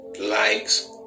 likes